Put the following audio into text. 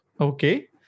okay